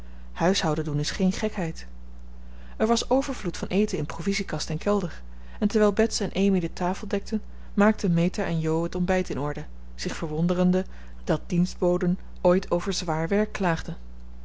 huishouden doen is geen gekheid er was overvloed van eten in provisiekast en kelder en terwijl bets en amy de tafel dekten maakten meta en jo het ontbijt in orde zich verwonderende dat dienstboden ooit over zwaar werk klaagden